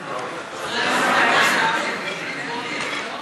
חבריי חברי הכנסת, אני מעלה את הצעת חוק